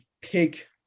pick